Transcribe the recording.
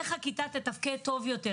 איך הכיתה תתפקד טוב יותר,